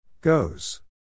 Goes